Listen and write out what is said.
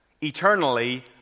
eternally